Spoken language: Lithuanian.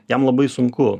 jam labai sunku